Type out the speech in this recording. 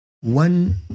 one